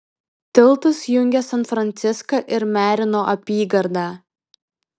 tiltas jungia san franciską ir merino apygardą